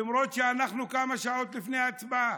למרות שאנחנו כמה שעות לפני ההצבעה,